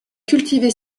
cultivé